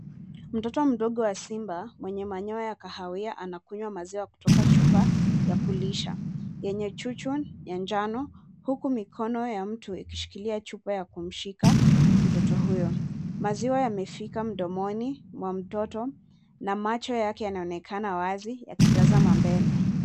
Mtoto mdogo wa simba mwenye manyoya kahawia anakunywa maziwa kutoka chupa ya kulisha yeye chuchu ya njano, huku mikono ya mtu ikishikilia chupa ya kumshika mtoto huyo. Maziwa yamefika mdomoni mwa mtoto na macho yake yanaonekana wazi, yakitazama mbele.